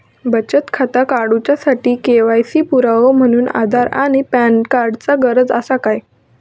बचत खाता काडुच्या साठी के.वाय.सी पुरावो म्हणून आधार आणि पॅन कार्ड चा गरज आसा काय?